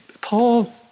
Paul